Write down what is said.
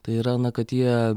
tai yra na kad jie